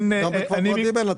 גם בכפר ורדים אין הטבות.